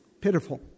Pitiful